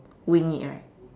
wing it right